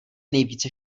nejvíce